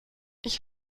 ich